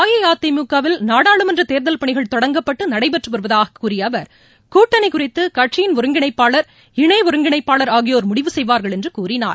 அஇஅதிமுகவில் நாடாளுமன்ற தேர்தல் பணிகள் தொடங்கப்பட்டு நடைபெற்று வருவதாக கூறிய அவர் கூட்டணி குறித்து கட்சியின் ஒருங்கிணைப்பாளர் இணை ஒருங்கிணைப்பாளர் ஆகியோர் முடிவு செய்வார்கள் என்று கூறினார்